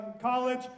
college